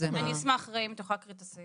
אני אשמח ריי אם את יכולה להקריא את הסעיף.